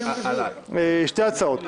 שתי הצעות.